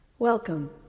Welcome